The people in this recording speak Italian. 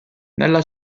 nella